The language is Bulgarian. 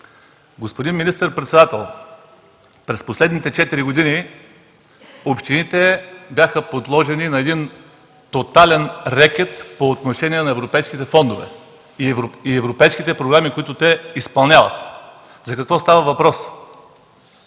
Господин министър-председател, през последните четири години общините бяха подложени на тотален рекет по отношение на европейските фондове и европейските програми, които те изпълняват. За какво става въпрос?